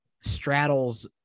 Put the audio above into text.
straddles